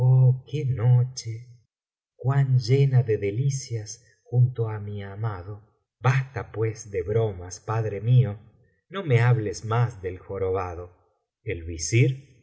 noche cuan llena de delicias junto á mi amado basta pues de bromas padre mío no me hables más del jorobado el visir